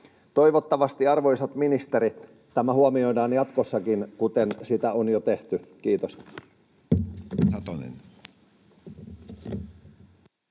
Toivottavasti, arvoisat ministerit, tämä huomioidaan jatkossakin, kuten on jo tehty. — Kiitos.